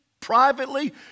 privately